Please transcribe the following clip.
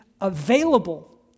available